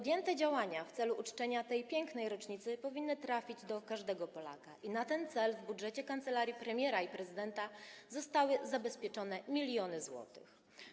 Działania podjęte w celu uczczenia tej pięknej rocznicy powinny trafić do każdego Polaka i na ten cel w budżecie kancelarii premiera i prezydenta zostały zabezpieczone miliony złotych.